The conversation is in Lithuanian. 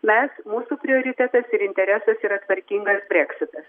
mes mūsų prioritetas ir interesas yra tvarkingas breksitas